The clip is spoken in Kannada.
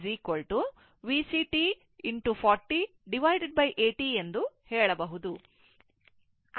V 0 t VCt8040 ಎಂದು ಹೇಳಬಹುದು